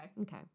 Okay